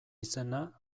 izena